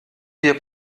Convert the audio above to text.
wir